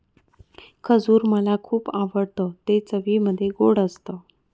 खजूर मला खुप आवडतं ते चवीमध्ये गोड असत